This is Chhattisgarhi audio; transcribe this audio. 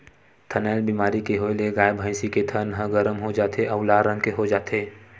थनैल बेमारी के होए ले गाय, भइसी के थन ह गरम हो जाथे अउ लाल रंग के हो जाथे